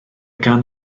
gan